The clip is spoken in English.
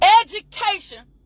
education